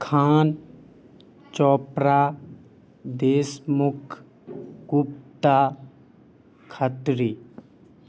Khan Chopra Deshmukh Gupta Khatri